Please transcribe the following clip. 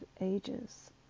ages